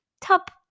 top